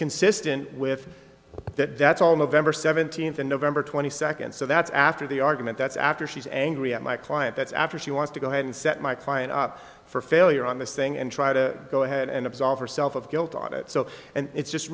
consistent with that that's all november seventeenth and november twenty second so that's after the argument that's after she's angry at my client that's after she wants to go ahead and set my client up for failure on this thing and try to go ahead and absolve yourself of guilt on it so and it's just